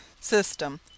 system